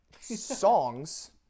songs